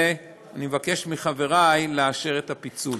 ואני מבקש מחברי לאשר את הפיצול.